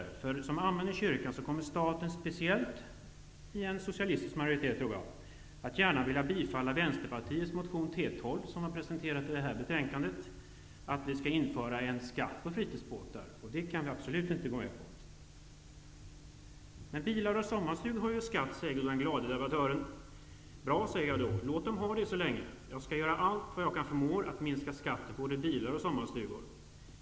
Lika säkert som amen i kyrkan kommer staten, speciellt vid en socialistisk majoritet, att gärna vilja bifalla Vänsterpartiets motion T12, som har presenterats i det nu aktuella betänkandet, om att vi skall införa en skatt på fritidsbåtar. Det kan vi absolut inte gå med på. Men bilar och sommarstugor har ju skatt, säger den glade debattören. Bra, säger jag då. Låt dem ha det så länge. Jag skall göra allt jag förmår för att minska skatten på både bilar och sommarstugor.